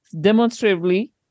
demonstrably